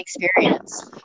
experience